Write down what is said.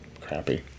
crappy